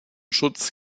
schutz